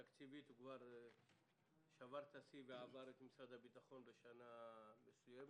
תקציבית כבר שבר את השיא ועבר את משרד הביטחון בשנה מסוימת.